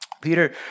Peter